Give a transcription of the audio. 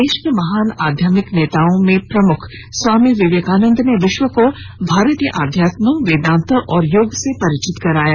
देश के महान आध्यात्मिक नेताओं में प्रमुख स्वामी विवेकानंद ने विश्व को भारतीय आध्यात्म वेदांत और योग से परिचित कराया